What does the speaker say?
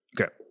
Okay